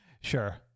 Sure